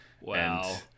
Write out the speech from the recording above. Wow